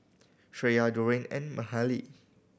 Shreya Dorian and Mahalie